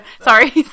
sorry